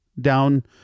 down